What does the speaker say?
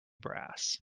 brass